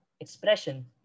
expression